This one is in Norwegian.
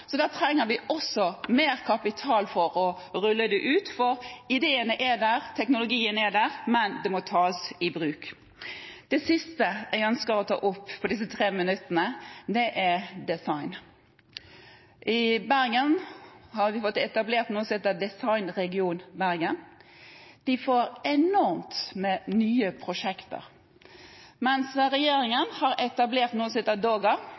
så da trenger vi også mer kapital for å rulle det ut. Ideene er der, og teknologien er der, men det må tas i bruk. Det siste jeg ønsker å ta opp på disse tre minuttene, er design. I Bergen har vi fått etablert noe som heter Design Region Bergen. De får enormt med nye prosjekter. Regjeringen har etablert noe som heter DOGA,